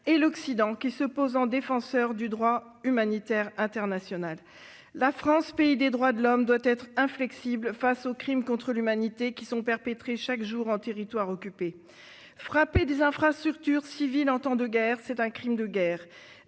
et l'Occident, qui se pose en défenseur du droit humanitaire international. La France, pays des droits de l'homme, doit être inflexible face aux crimes contre l'humanité perpétrés chaque jour en territoire occupé. Frapper des infrastructures civiles en temps de guerre, c'est un crime de guerre